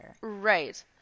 right